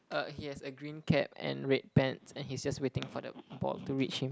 uh he has a green cap and red pants and he is just waiting for the ball to reach him